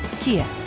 Kia